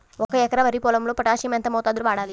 ఒక ఎకరా వరి పొలంలో పోటాషియం ఎంత మోతాదులో వాడాలి?